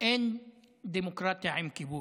אין דמוקרטיה עם כיבוש.